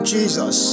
Jesus